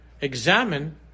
examine